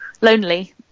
lonely